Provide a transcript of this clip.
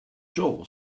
jaw